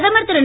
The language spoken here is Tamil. பிரதமர் திரு